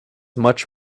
much